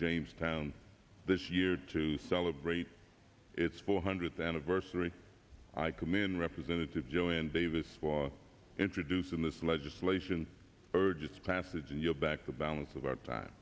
jamestown this year to celebrate its four hundredth anniversary i commend representative julian davis for introducing this legislation urge its passage in your back the balance of our time